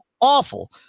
awful